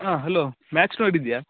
ಹಾಂ hello match ನೋಡಿದೆಯಾ